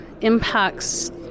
impacts